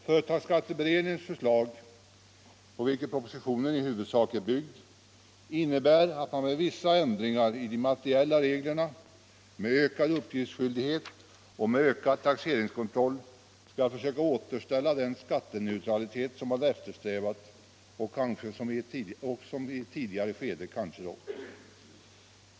Företagsskatteberedningens förslag, på vilket propositionen i huvudsak är byggd, innebär att man med vissa ändringar i de materiella reglerna, med ökad uppgiftsskyldighet och med ökad taxeringskontroll skall försöka återställa den skatteneutralitet som hade eftersträvats och som i ett tidigare skede kanske rådde.